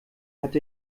hat